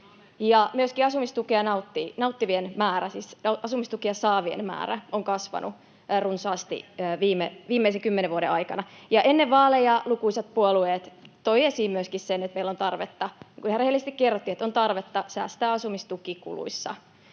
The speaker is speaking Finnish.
siis asumistukea saavien määrä on kasvanut runsaasti viimeisen kymmenen vuoden aikana. Ennen vaaleja lukuisat puolueet toivat esiin myöskin sen, että meillä on tarvetta — ihan rehellisesti